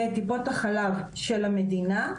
בטיפות החלב של המדינה.